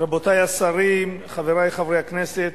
רבותי השרים, חברי חברי הכנסת,